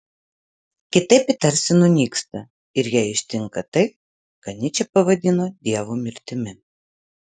kitaip ji tarsi nunyksta ir ją ištinka tai ką nyčė pavadino dievo mirtimi